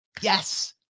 Yes